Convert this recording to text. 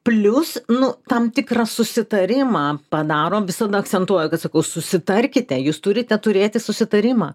plius nu tam tikrą susitarimą padarom visada akcentuoju kad sakau susitarkite jūs turite turėti susitarimą